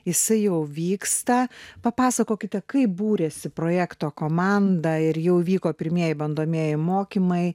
jisai jau vyksta papasakokite kaip būrėsi projekto komanda ir jau vyko pirmieji bandomieji mokymai